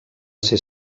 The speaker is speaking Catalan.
ser